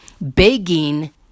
begging